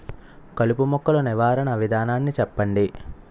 కలుపు మొక్కలు నివారణ విధానాన్ని చెప్పండి?